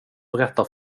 berättar